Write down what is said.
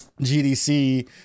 GDC